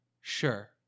Sure